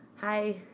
Hi